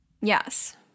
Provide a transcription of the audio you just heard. Yes